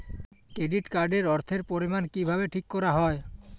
Credit card এর অর্থের পরিমান কিভাবে ঠিক করা হয়?